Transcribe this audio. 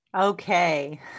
Okay